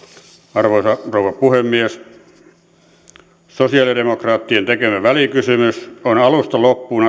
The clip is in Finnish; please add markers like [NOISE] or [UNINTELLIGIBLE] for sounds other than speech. arvoisa rouva puhemies sosialidemokraattien tekemä välikysymys on alusta loppuun [UNINTELLIGIBLE]